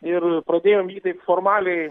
ir pradėjom jį taip formaliai